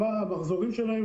מה המחזורים שלהם,